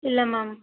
இல்லை மேம்